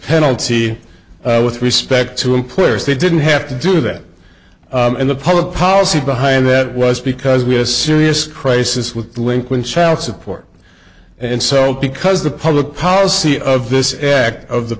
penalty with respect to employers they didn't have to do that in the public policy behind that was because we had a serious crisis with delinquent child support and so because the public policy of this act of the